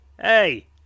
Hey